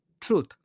truth